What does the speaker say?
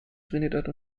trinidad